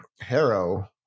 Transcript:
Harrow